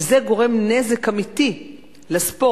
זה גורם נזק אמיתי לספורט,